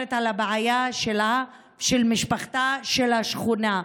ומדברת על הבעיה שלה, של משפחתה, של השכונה.